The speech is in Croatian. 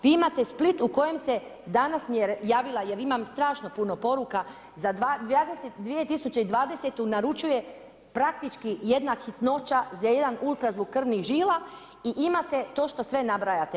Vi imate Split u kojem se, danas mi javila jer imam strašno puno poruka, za 2020. naručuje praktički jedna hitnoća za jedan UZV krvnih žila i imate to što sve nabrajate.